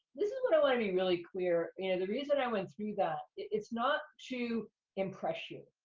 this is what i want to be really clear, and the reason i went through that, it's not to impress you.